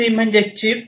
C म्हणजे chip